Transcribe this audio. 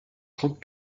trente